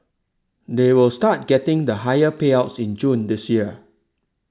they will start getting the higher payouts in June this year